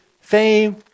fame